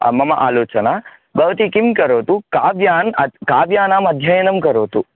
मम आलोचना भवती किं करोतु काव्यान् काव्यानाम् अध्ययनं करोतु